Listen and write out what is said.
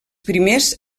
primers